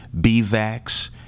B-Vax